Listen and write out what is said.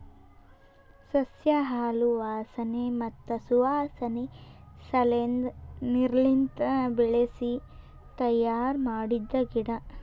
ಸಸ್ಯ ಹಾಲು ವಾಸನೆ ಮತ್ತ್ ಸುವಾಸನೆ ಸಲೆಂದ್ ನೀರ್ಲಿಂತ ಬೆಳಿಸಿ ತಯ್ಯಾರ ಮಾಡಿದ್ದ ಗಿಡ